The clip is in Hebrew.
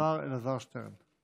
השר אלעזר שטרן.